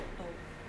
you know what's ORTO